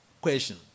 question